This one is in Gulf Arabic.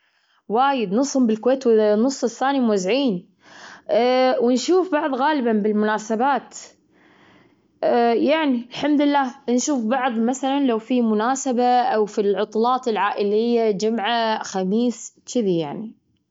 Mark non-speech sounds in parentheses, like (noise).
(hesitation) مو بوايد، بس عندي كم زرعة تشذي بسيطة في البيت. أزرع ريحان، أزرع (hesitation) أزرع (hesitation) ريحان، نعناع، جرجير. هالنباتات الورقية، فل، ياسمين، هالنباتات أقدر أخلي بالي منها. يعني ما تحتاج عناية كثيرة.